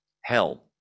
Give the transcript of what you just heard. hell